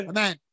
Amen